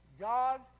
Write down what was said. God